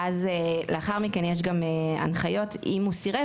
ואז לאחר מכן יש גם הנחיות אם הוא סירב,